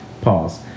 Pause